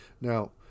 Now